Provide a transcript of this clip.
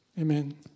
Amen